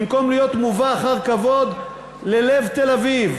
במקום להיות מובא אחר כבוד ללב תל-אביב,